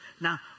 Now